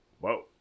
Whoa